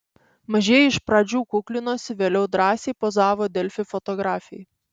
mažieji iš pradžių kuklinosi vėliau drąsiai pozavo delfi fotografei